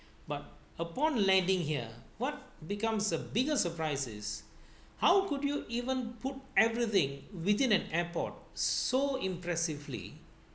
but upon landing here what becomes a bigger surprises how could you even put everything within an airport so impressively